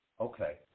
okay